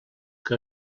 que